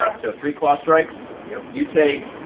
um so, three claw strikes. yeah you take